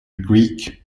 greek